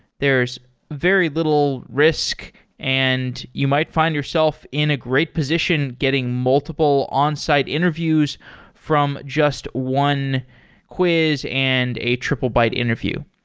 there's very little risk and you might find yourself in a great position getting multiple onsite interviews from just one quiz and a triplebyte interview.